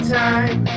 time